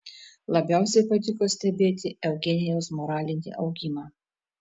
labiausiai patiko stebėti eugenijaus moralinį augimą